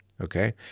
okay